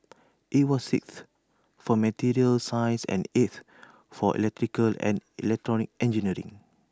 IT was sixth for materials science and eighth for electrical and electronic engineering